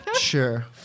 Sure